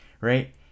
right